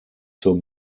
zur